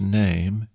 name